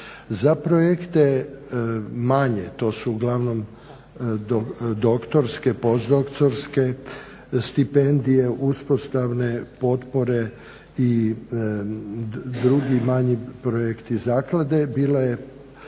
Za projekte manje, to su uglavnom doktorske, posdoktorske stipendije, uspostavne potpore i drugi manji projekti zaklade. Bilo je